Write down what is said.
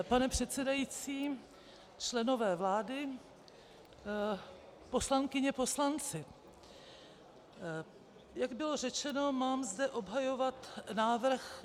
Pane předsedající, členové vlády, poslankyně, poslanci, jak bylo řečeno, mám zde obhajovat návrh, senátní